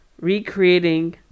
recreating